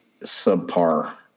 subpar